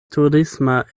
turisma